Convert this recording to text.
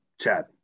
Chad